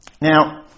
Now